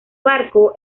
barco